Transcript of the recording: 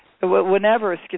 Whenever